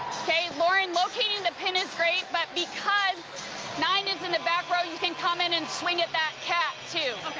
lauren, locating the pin is great, but because nine is in the back row, you can come in and swing at that cap too.